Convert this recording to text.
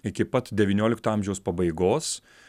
iki pat devyniolikto amžiaus pabaigos